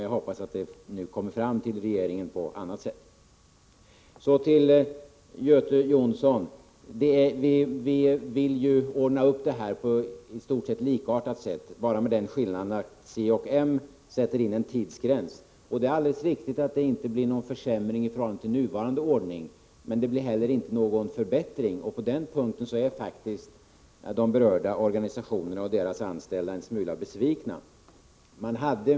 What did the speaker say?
Jag hoppas att det kommer fram till regeringen på annat sätt. Till Göte Jonsson vill jag säga att vi vill ordna upp detta problem på ett likartat sätt, med den skillnaden att c och m sätter en tidsgräns. Det är riktigt att det inte innebär någon försämring i förhållande till nuvarande ordning, men det innebär inte heller någon förbättring. På den punkten är faktiskt de berörda organisationerna och deras anställda en smula besvikna.